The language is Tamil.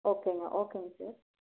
ஓகேங்க ஓகேங்க சார்